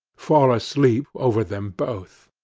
fall asleep over them both.